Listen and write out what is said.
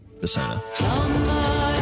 Persona